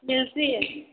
ମିଲ୍ସି କେଁ